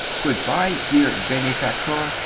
goobye, dear benefactor,